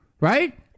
right